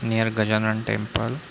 near Gajanan temple